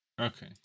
Okay